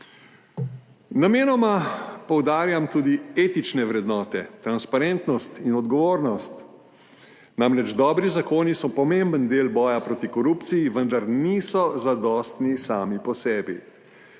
Namenoma poudarjam tudi etične vrednote, transparentnost in odgovornost. Namreč dobri zakoni so pomemben del boja proti korupciji vendar niso zadostni sami po sebi.